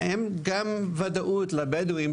ואין ודאות גם לבדואים,